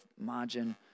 margin